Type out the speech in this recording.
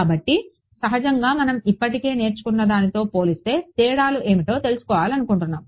కాబట్టి సహజంగా మనం ఇప్పటికే నేర్చుకున్నదానితో పోలిస్తే తేడాలు ఏమిటో తెలుసుకోవాలనుకుంటున్నాము